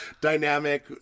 dynamic